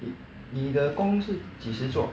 你你的工是几时做